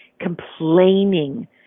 complaining